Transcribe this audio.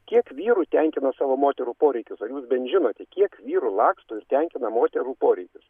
kiek vyrų tenkina savo moterų poreikius o jūs bent žinote kiek vyrų laksto ir tenkina moterų poreikius